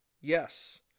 Yes